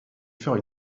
faire